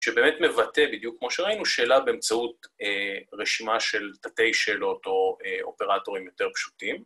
שבאמת מבטא, בדיוק כמו שראינו, שאלה באמצעות רשימה של תתי שאלות או אופרטורים יותר פשוטים.